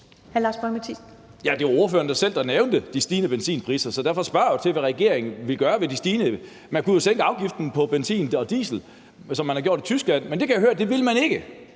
Det var ordføreren selv, der nævnte de stigende benzinpriser, så derfor spørger jeg jo til, hvad regeringen vil gøre ved de stigende priser. Man kunne jo sænke afgiften på benzin og diesel, som man har gjort i Tyskland, men jeg kan høre, at det vil man ikke,